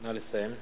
נא לסיים.